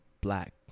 black